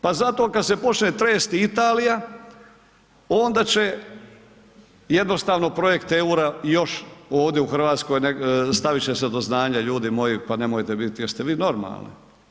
Pa zato kad se počne tresti Italija, onda će jednostavno projekt eura još ovdje u Hrvatskoj, stavit će se do znanja, ljudi moji, pa nemojte biti, jeste vi normalni?